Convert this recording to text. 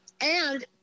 And-